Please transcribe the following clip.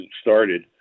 started